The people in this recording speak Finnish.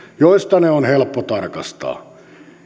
josta ne on helppo tarkastaa